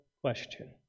question